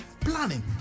planning